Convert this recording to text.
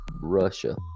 Russia